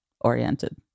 oriented